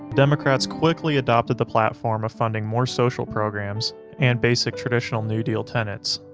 democrats quickly adopted the platform of funding more social programs and basic traditional new deal tenants.